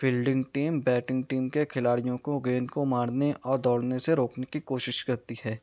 fielding ٹیم بیٹنگ ٹیم کے کھلاڑیوں کو گیند کو مارنے اور دوڑنے سے روکنے کی کوشش کرتی ہے